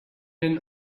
been